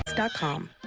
dot com.